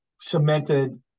cemented